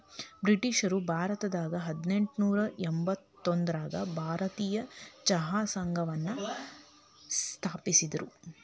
ಬ್ರಿಟಿಷ್ರು ಭಾರತದಾಗ ಹದಿನೆಂಟನೂರ ಎಂಬತ್ತೊಂದರಾಗ ಭಾರತೇಯ ಚಹಾ ಸಂಘವನ್ನ ಸ್ಥಾಪಿಸಿದ್ರು